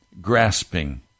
grasping